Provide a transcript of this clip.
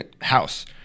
house